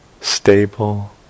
stable